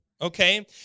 Okay